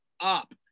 up